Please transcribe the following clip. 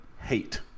hate